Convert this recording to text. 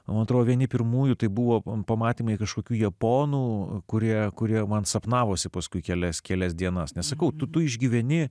man atrodo vieni pirmųjų tai buvo buvome pamatymai kažkokių japonų kurie kurie man sapnavosi paskui kelias kelias dienas nes sakau tu išgyveni